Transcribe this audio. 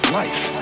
life